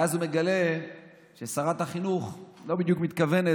ואז הוא מגלה ששרת החינוך לא בדיוק מתכוונת,